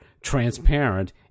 transparent